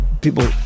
people